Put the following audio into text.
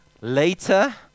later